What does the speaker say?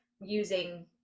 using